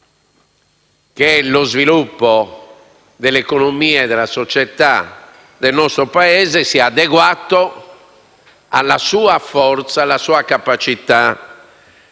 che lo sviluppo dell'economia e della società del Paese sia adeguato alla sua forza e alla sua capacità